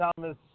Thomas